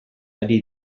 ari